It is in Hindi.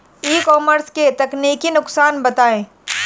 ई कॉमर्स के तकनीकी नुकसान बताएं?